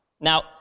Now